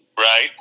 Right